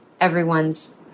everyone's